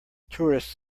tourists